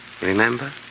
Remember